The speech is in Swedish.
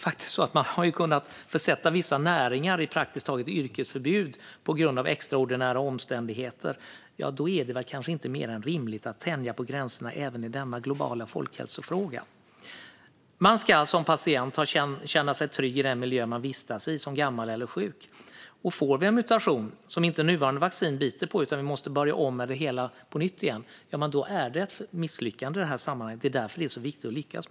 Man har kunnat försätta vissa näringar i praktiskt taget yrkesförbud på grund av extraordinära omständigheter, och då är det väl inte mer än rimligt att tänja på gränserna även i denna globala folkhälsofråga. Man ska som patient, gammal eller sjuk, känna sig trygg i den miljö man vistas i. En mutation som nuvarande vaccin inte biter på utan där vi måste börja om på nytt igen är ett misslyckande i sammanhanget. Det är därför det är viktigt att lyckas.